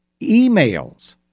emails